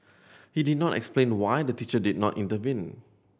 he did not explain why the teacher did not intervene